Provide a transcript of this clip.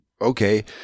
Okay